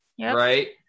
right